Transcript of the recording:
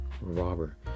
robber